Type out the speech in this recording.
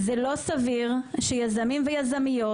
זה לא סביר שיזמים ויזמיות,